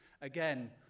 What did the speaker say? Again